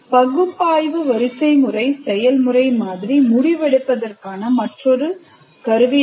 பகுப்பாய்வு வரிசைமுறை செயல்முறை முடிவெடுப்பதற்கான மாதிரி அமைக்கும் மற்றொரு கருவியாகும்